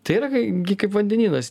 tai yra kai gi kaip vandenynas nei